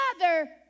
father